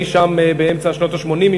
אי-שם באמצע שנות ה-80,